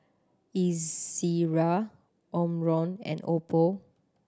Ezerra Omron and Oppo